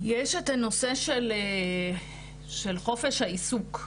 יש את הנושא של חופש העיסוק.